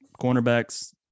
cornerbacks